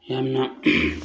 ꯌꯥꯝꯅ